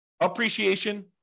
appreciation